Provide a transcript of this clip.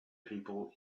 people